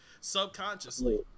subconsciously